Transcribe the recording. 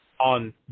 on